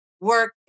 work